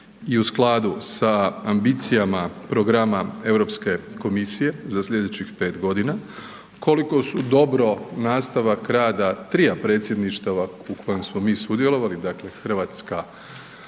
i u skladu sa ambicijama programa Europske komisije za sljedećih pet godina, koliko su dobro nastavak rada trija predstavništava u kojem smo mi sudjelovali, dakle Hrvatska,